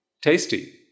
tasty